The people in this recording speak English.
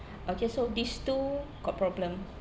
okay so these two got problem